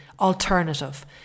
alternative